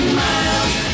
miles